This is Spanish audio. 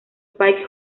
spike